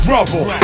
Rubble